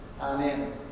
Amen